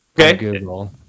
Okay